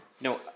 No